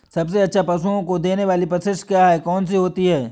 सबसे अच्छा पशुओं को देने वाली परिशिष्ट क्या है? कौन सी होती है?